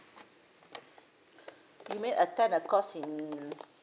you mean attend a course in